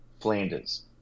Flanders